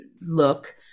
look